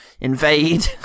invade